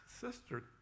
sister